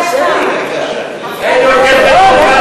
יפה.